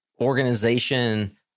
organization